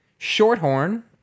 Shorthorn